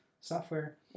software